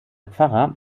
pfarrer